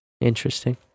Interesting